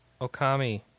Okami